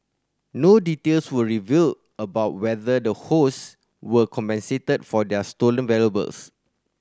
no details were revealed about whether the host were compensated for their stolen valuables